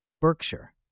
Berkshire